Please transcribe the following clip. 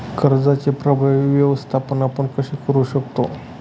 कर्जाचे प्रभावी व्यवस्थापन आपण कसे करु शकतो?